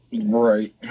Right